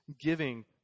giving